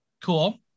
cool